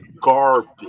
garbage